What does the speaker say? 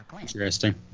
Interesting